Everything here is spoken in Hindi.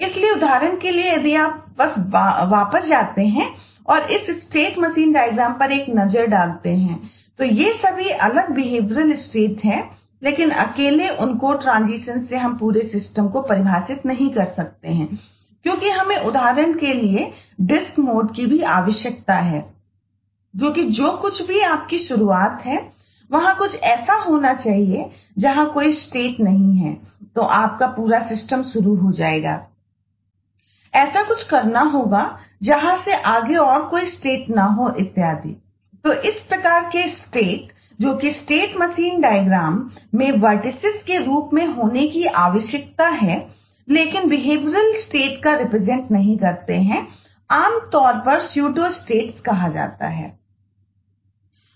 इसलिए उदाहरण के लिए यदि आप बस वापस जाते हैं और इस स्टेट मशीन डायग्राम कहा जाता है